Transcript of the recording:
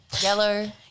Yellow